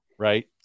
Right